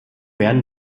werden